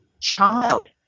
child